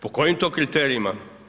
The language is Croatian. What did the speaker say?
Po kojim to kriterijima?